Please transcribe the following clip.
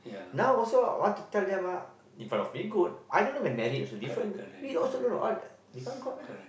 now also want to tell them ah in front of me good I don't know when married also different we also don't know all become god lah